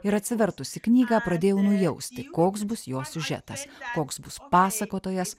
ir atsivertusi knygą pradėjau nujausti koks bus jos siužetas koks bus pasakotojas